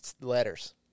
letters